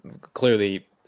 clearly